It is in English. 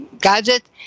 gadget